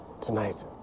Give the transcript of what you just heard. tonight